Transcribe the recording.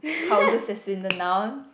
houses assythment